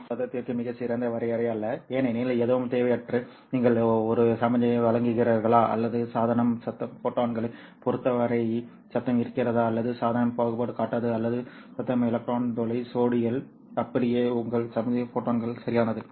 இது சத்தத்திற்கு மிகச் சிறந்த வரையறை அல்ல ஏனெனில் எதுவும் தேவையற்றது நீங்கள் ஒரு சமிக்ஞையை வழங்குகிறீர்களா அல்லது சாதனம் சத்தம் ஃபோட்டான்களைப் பொருத்தவரை சத்தம் இருக்கிறதா அல்லது சாதனம் பாகுபாடு காட்டாது அல்லது சத்தம் எலக்ட்ரான் துளை ஜோடிகள் அப்படியே உங்கள் சமிக்ஞை ஃபோட்டான்கள் சரியானது